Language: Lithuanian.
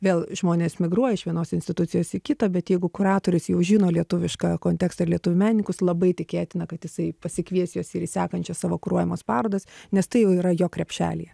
vėl žmonės migruoja iš vienos institucijos į kitą bet jeigu kuratorius jau žino lietuviškąjį kontekstą ir lietuvių menininkus labai tikėtina kad jisai pasikvies juos ir į sekančias savo kuruojamas parodas nes tai jau yra jo krepšelyje